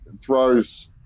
throws